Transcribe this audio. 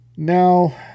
now